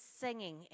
singing